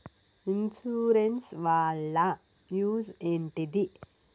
Insurance వాళ్ల use ఏంటిది?